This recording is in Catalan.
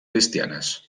cristianes